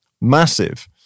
massive